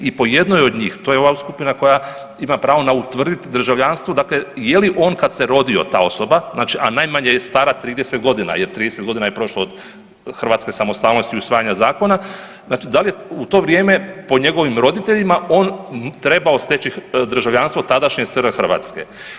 I po jednoj od njih, to je ova skupina koja ima pravo utvrditi državljanstvo dakle je li on kad se rodio ta osoba, a najmanje je stara 30 godina jer 30 godina je prošlo od hrvatske samostalnosti i usvajanja zakona, znači da li je u to vrijeme po njegovim roditeljima on trebao steći državljanstvo tadašnje SR Hrvatske.